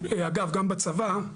אגב גם בצבא,